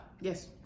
Yes